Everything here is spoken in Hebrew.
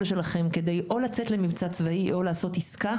שלכם כדי או לצאת למבצע צבאי או לעשות עסקה